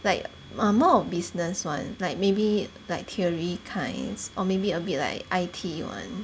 like err more of business [one] like maybe like theory kinds or maybe a bit like I_T [one]